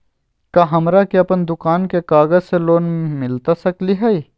का हमरा के अपन दुकान के कागज से लोन मिलता सकली हई?